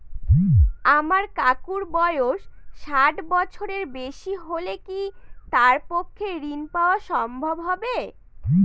আমার কাকুর বয়স ষাট বছরের বেশি হলে কি তার পক্ষে ঋণ পাওয়া সম্ভব হবে?